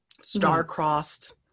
star-crossed